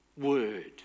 word